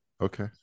okay